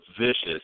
vicious